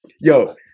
Yo